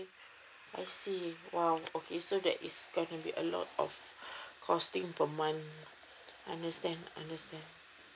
I see !wow! okay so that is gonna to be a lot of costing per month understand understand